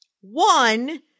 One